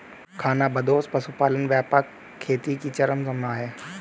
खानाबदोश पशुपालन व्यापक खेती की चरम सीमा है